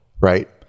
right